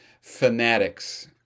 fanatics